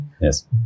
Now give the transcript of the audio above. Yes